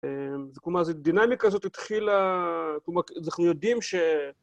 כלומר, הדינמיקה הזאת התחילה, כלומר, אנחנו יודעים ש...